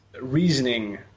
reasoning